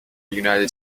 united